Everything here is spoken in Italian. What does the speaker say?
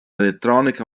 elettronica